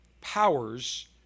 powers